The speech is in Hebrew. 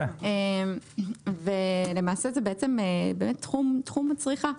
למעשה זה בעצם תחום צריכה.